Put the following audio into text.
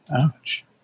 Ouch